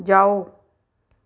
ਜਾਓ